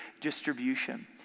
distribution